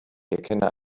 erkenne